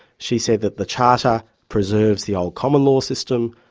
she said that the charter preserves the old common law system,